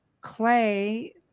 Clay